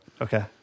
Okay